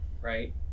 right